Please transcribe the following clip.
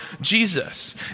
Jesus